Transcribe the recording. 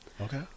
okay